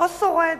או שורד.